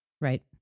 Right